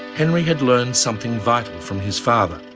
henry had learned something vital from his father,